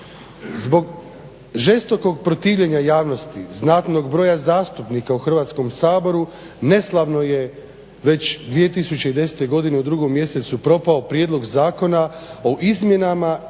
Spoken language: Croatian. Zbog žestokog protivljenja javnosti, znatnog broja zastupnika u Hrvatskom saboru neslavno je već 2010.godine u 2.mjesecu propao Prijedlog zakona o izmjenama